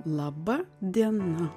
laba diena